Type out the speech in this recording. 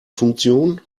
funktion